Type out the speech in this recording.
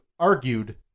argued